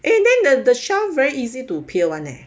and then the the shell very easy to peel [one] leh